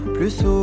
Plus